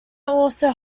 also